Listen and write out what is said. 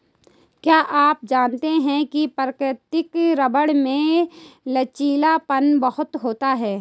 क्या आप जानते है प्राकृतिक रबर में लचीलापन बहुत होता है?